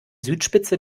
südspitze